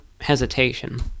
hesitation